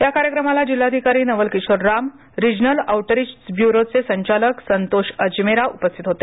या कार्यक्रमाला जिल्हाधिकारी नवल किशोर राम रिजनल आऊटरीच ब्युरोचे संचालकसंतोष अजमेरा उपस्थित होते